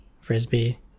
frisbee